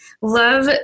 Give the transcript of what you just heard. love